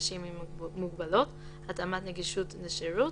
לאנשים עם מוגבלות (התאמות נגישות לשירות),